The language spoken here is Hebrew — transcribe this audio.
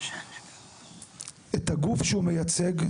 את הגוף שהוא מייצג,